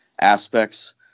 aspects